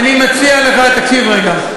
אני מציע לך, תקשיב רגע.